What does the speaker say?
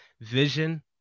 vision